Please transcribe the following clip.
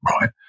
right